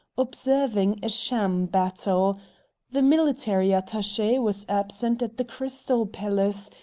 observing a sham battle the military attache was absent at the crystal palace,